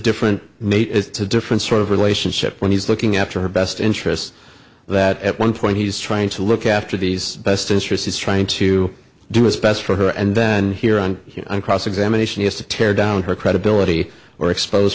different mate it's a different sort of relationship when he's looking after her best interests that at one point he's trying to look after these best interests is trying to do its best for her and then here on cross examination is to tear down her credibility or expose